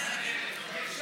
יעל כהן-פארן, סאלח